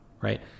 Right